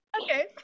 okay